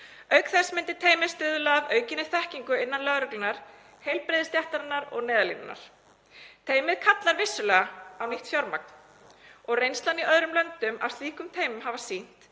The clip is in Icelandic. Auk þess myndi teymið stuðla að aukinni þekkingu innan lögreglunnar, heilbrigðisstéttarinnar og Neyðarlínunnar. Teymið kallar vissulega á nýtt fjármagn og reynslan í öðrum löndum af slíkum teymum hefur sýnt